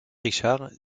richard